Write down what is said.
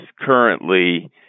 currently